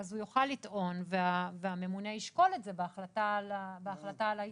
הוא יוכל לטעון והממונה ישקול את זה בהחלטה על העיצום.